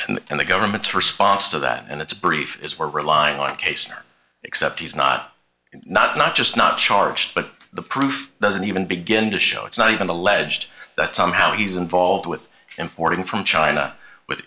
edwards and the government's response to that and its brief is we're relying on case except he's not not not just not charged but the proof doesn't even begin to show it's not even alleged that somehow he's involved with importing from china with